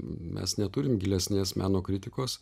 mes neturim gilesnės meno kritikos